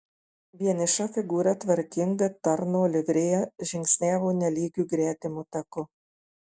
vieniša figūra tvarkinga tarno livrėja žingsniavo nelygiu gretimu taku